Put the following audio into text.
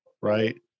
Right